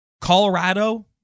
Colorado